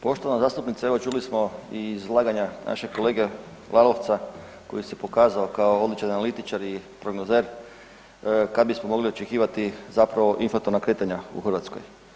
Poštovana zastupnice, evo čuli smo i iz izlaganja našeg kolege Lalovca koji se pokazao kao odličan analitičar i prognozer, kad bismo mogli očekivati zapravo ... kretanja u Hrvatskoj.